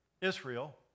Israel